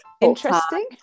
interesting